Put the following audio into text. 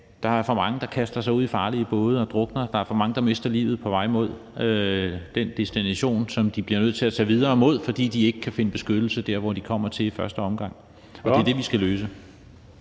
der er for mange, der kaster sig ud i farlige både, og som drukner, og at der er for mange, der mister livet på vejen mod den destination, som de bliver nødt til at tage videre mod, fordi de ikke kan finde beskyttelse der, hvor de kommer til i første omgang, og det er det, vi skal løse.